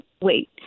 Wait